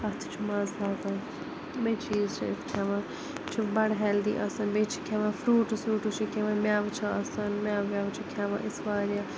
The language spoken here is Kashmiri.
تَتھ تہِ چھُ مَزٕ لَگان یِمَے چیٖز چھِ أسۍ کھٮ۪وان یہِ چھُ بَڑٕ ہٮ۪لدی آسان بیٚیہِ چھِ کھٮ۪وان فرٛوٗٹٕس ووٗٹٕس چھِ کھٮ۪وان مٮ۪وٕ چھِ آسان مٮ۪وٕ وٮ۪وٕ چھِ کھٮ۪وان أسۍ واریاہ